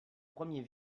premier